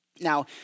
Now